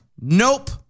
nope